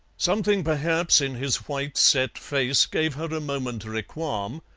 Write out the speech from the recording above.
something perhaps in his white set face gave her a momentary qualm,